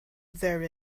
there